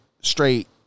straight